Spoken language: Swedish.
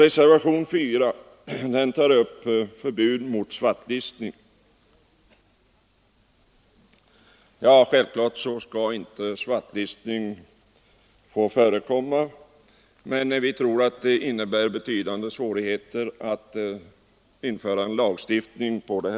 Reservationen 4 tar upp förbud mot svartlistning. Självfallet skall s.k. svartlistning inte få förekomma, men vi tror att det skulle innebära betydande svårigheter att införa en lagstiftning häremot.